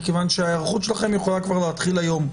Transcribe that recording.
מכיוון שההיערכות שלכם יכולה כבר להתחיל היום.